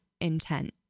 intent